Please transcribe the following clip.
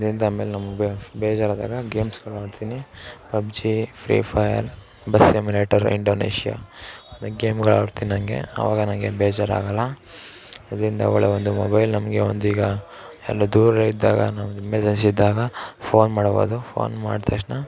ಅದರಿಂದ ಆಮೇಲೆ ನಮಗೆ ಬೇಜಾರು ಆದಾಗ ಗೇಮ್ಸುಗಳು ಆಡ್ತೀನಿ PUBG Free Fire bus emulator Indonesia ಅದೆ ಗೇಮುಗಳು ಆಡ್ತೀನಿ ಹಂಗೆ ಅವಾಗ ನನ್ಗೇನು ಬೇಜಾರು ಆಗೋಲ್ಲ ಇದರಿಂದ ಒಳ್ಳೆಯ ಒಂದು ಮೊಬೈಲ್ ನಮಗೆ ಒಂದು ಈಗ ಎಲ್ಲೋ ದೂರ ಇದ್ದಾಗ ನಮಗೆ ಎಮರ್ಜೆನ್ಸಿ ಇದ್ದಾಗ ಫೋನ್ ಮಾಡ್ಬೌದು ಫೋನ್ ಮಾಡಿ ತಕ್ಷಣ